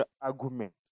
argument